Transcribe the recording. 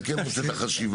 אני כן רוצה את החשיבה.